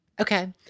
okay